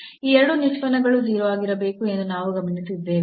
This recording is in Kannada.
ಈ ಎರಡು ನಿಷ್ಪನ್ನಗಳು 0 ಆಗಿರಬೇಕು ಎಂದು ನಾವು ಗಮನಿಸಿದ್ದೇವೆ